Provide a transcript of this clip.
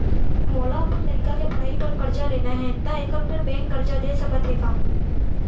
मोला अपन लइका के पढ़ई बर करजा लेना हे, त एखर बार बैंक करजा दे सकत हे का?